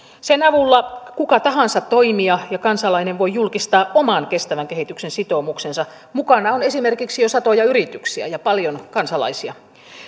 sen avulla kuka tahansa toimija ja kansalainen voi julkistaa oman kestävän kehityksen sitoumuksensa mukana on jo esimerkiksi satoja yrityksiä ja paljon kansalaisia